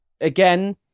again